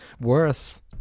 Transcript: worth